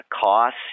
costs